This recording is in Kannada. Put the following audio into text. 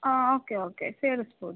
ಆಂ ಓಕೆ ಓಕೆ ಸೇರಿಸಬಹುದು